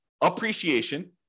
appreciation